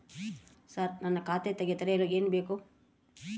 Sir ನಾನು ಖಾತೆ ತೆರೆಯಲು ಏನು ಬೇಕು?